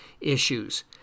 issues